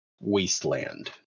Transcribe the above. wasteland